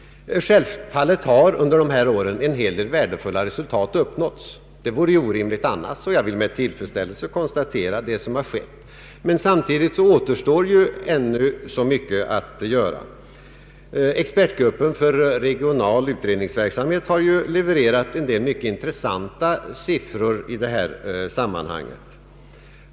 Självfallet har under dessa år en hel del värdefulla resultat uppnåtts — det vore orimligt annars. Jag vill med till fredsställelse konstatera vad som skett men samtidigt påstå att det återstår mycket att göra. Expertgruppen för regional utredningsverksamhet har levererat en rad mycket intressanta siffror i detta sammanhang.